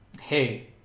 hey